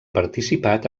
participat